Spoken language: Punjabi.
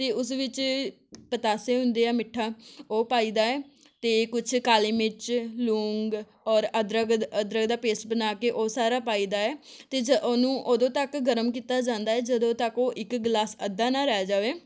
ਅਤੇ ਉਸ ਵਿੱਚ ਪਤਾਸੇ ਹੁੰਦੇ ਆ ਮਿੱਠਾ ਉਹ ਪਾਈਦਾ ਹੈ ਅਤੇ ਕੁਛ ਕਾਲੀ ਮਿਰਚ ਲੋਂਗ ਔਰ ਅਦਰਕ ਅਦ ਅਦਰਕ ਦਾ ਪੇਸਟ ਬਣਾ ਕੇ ਉਹ ਸਾਰਾ ਪਾਈਦਾ ਹੈ ਅਤੇ ਜ ਉਹਨੂੰ ਉਦੋਂ ਤੱਕ ਗਰਮ ਕੀਤਾ ਜਾਂਦਾ ਹੈ ਜਦੋਂ ਤੱਕ ਉਹ ਇੱਕ ਗਿਲਾਸ ਅੱਧਾ ਨਾ ਰਹਿ ਜਾਵੇ